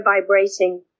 vibrating